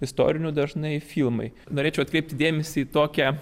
istorinių dažnai filmai norėčiau atkreipti dėmesį tokią